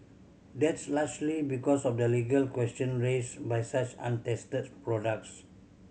that's largely because of the legal question raised by such untested products